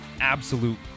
absolute